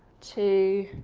two,